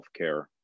healthcare